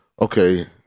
Okay